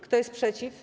Kto jest przeciw?